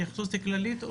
התייחסות כללית או ספציפית.